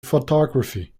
photography